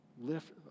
Lift